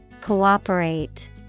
Cooperate